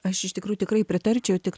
aš iš tikrųjų tikrai pritarčiau tik